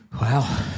Wow